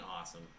awesome